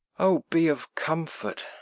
o, be of comfort!